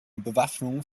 bewaffnung